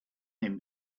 him